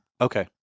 okay